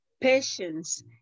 patience